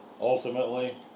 Ultimately